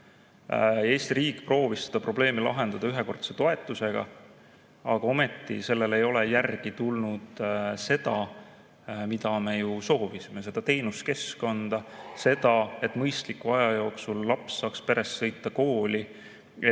Eesti riik proovis seda probleemi lahendada ühekordse toetusega. Aga ometi sellele ei ole järgi tulnud seda, mida me ju soovisime – teenuskeskkonda, seda, et mõistliku aja jooksul laps saaks perest sõita kooli, et